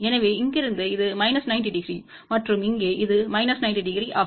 எனவே இங்கிருந்து இது மைனஸ் 90 டிகிரி மற்றும் இங்கே இது மைனஸ் 90 டிகிரி ஆகும்